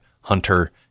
hunter